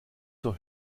zur